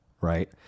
right